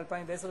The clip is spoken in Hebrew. התש"ע 2010,